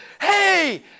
hey